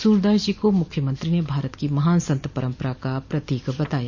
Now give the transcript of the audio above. सूरदास जी को मुख्यमंत्री ने भारत की महान संत परम्परा का प्रतीक बताया